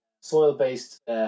soil-based